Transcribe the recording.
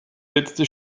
letzte